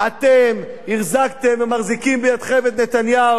אתם החזקתם ומחזיקים בידכם את נתניהו.